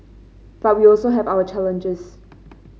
but we also have our challenges